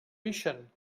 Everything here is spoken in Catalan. ixen